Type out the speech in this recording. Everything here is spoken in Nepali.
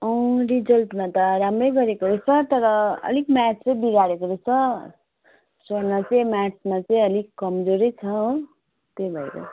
रिजल्टमा त राम्रै गरेको सर तर अलिक म्याथ चाहिँ बिगारेको रहेछ सोना चाहिँ म्याथमा चाहिँ अलिक कमजोर नै छ हो त्यही भएर